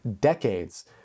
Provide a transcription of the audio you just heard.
decades